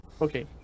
okay